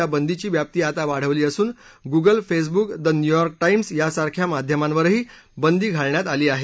या बंदीची व्याप्ती आता वाढवली असून Google Facebook The New York Times यांसारख्या माध्यमावरही बंदी घातली आहे